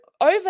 over